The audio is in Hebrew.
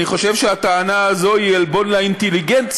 אני חושב שהטענה הזו היא עלבון לאינטליגנציה.